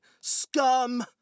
Scum